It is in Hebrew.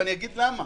ואומר למה